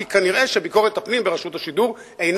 כי כנראה ביקורת הפנים ברשות השידור אינה